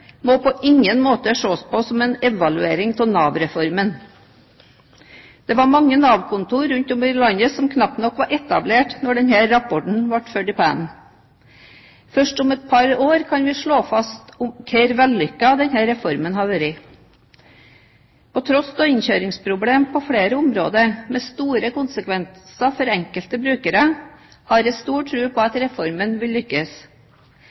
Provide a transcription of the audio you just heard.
må på ingen måte ses på som en evaluering av Nav-reformen. Det var mange Nav-kontorer rundt om i landet som knapt nok var etablert da denne rapporten ble ført i pennen. Først om et par år kan vi slå fast hvor vellykket denne reformen har vært. På tross av innkjøringsproblemer på flere områder, med store konsekvenser for enkelte brukere, har jeg stor tro på at reformen vil lykkes.